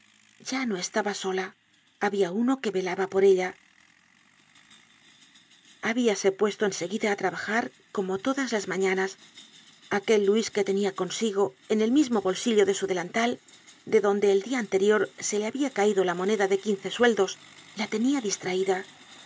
ya no estaba sola habia uno que velaba por ella habíase puesto en seguida á trabajar como todas las mañanas aquel luis que tenia consigo en el mismo bolsillo de su delantal de donde el dia anterior se le habia caido la moneda de quince sueldos la tenia distraida